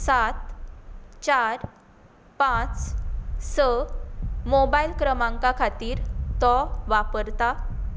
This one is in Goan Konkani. सात चार पाच स मोबायल क्रमांका खातीर तो वापरता